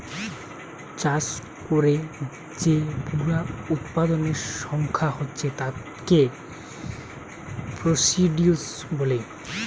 চাষ কোরে যে পুরা উৎপাদনের সংখ্যা হচ্ছে তাকে প্রডিউস বলে